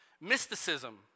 mysticism